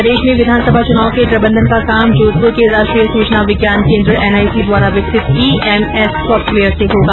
प्रदेश में विधानसभा चुनाव के प्रबंधन का काम जोधपुर के राष्ट्रीय सूचना विज्ञान केन्द्र एनआईसी द्वारा विकसित ईएमएस सॉफ्टवेयर से होगा